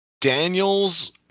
Daniel's